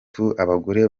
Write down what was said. abagore